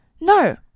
No